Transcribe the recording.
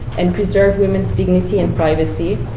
and preserve women's dignity and privacy.